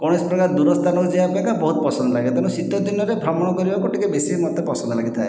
କୌଣସି ପ୍ରକାର ଦୂର ସ୍ଥାନକୁ ଯିବା ପାଇଁ ବହୁତ ପସନ୍ଦ ଲାଗେ ତେଣୁ ଶୀତଦିନରେ ଭ୍ରମଣ କରିବାକୁ ଟିକେ ବେଶି ମୋତେ ପସନ୍ଦ ଲାଗିଥାଏ